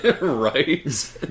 Right